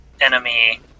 enemy